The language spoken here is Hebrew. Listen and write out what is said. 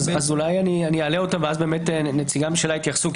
אולי אני אעלה אותן ואז נציגי הממשלה יתייחסו כי